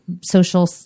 social